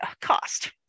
cost